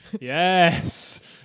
Yes